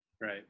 Right